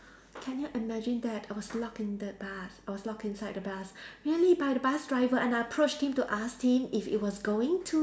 can you imagine that I was locked in the bus I was locked inside the bus really by the bus driver and I approached him to ask him if it was going to